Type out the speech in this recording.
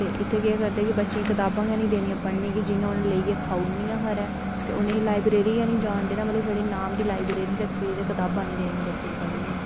ते इत्थें केह् करदे कि बच्चें गी कताबां गै नेईं देनियां पढ़ने गी इं'या कि जि'यां उ'नें लेइयै खाई ओड़नियां निं खबरै ते उ'नेंगी लाईब्रेरी गै निं जान देना खबरै नाम दी गै लाईब्रेरी रक्खी दी कताबां निं देनियां बच्चें गी पढ़ने गी